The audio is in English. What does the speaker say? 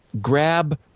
grab